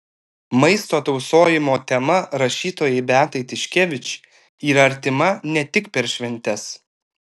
maisto tausojimo tema rašytojai beatai tiškevič yra artima ne tik per šventes